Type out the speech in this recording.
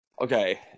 okay